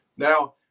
Now